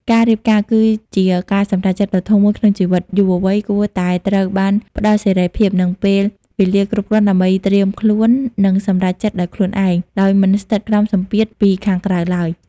ការរៀបការគឺជាការសម្រេចចិត្តដ៏ធំមួយក្នុងជីវិត យុវវ័យគួរតែត្រូវបានផ្តល់សេរីភាព និងពេលវេលាគ្រប់គ្រាន់ដើម្បីត្រៀមខ្លួន និងសម្រេចចិត្តដោយខ្លួនឯង ដោយមិនស្ថិតក្រោមសម្ពាធពីខាងក្រៅឡើយ ។